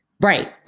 Right